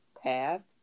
path